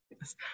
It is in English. Yes